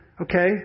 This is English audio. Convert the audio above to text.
okay